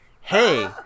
hey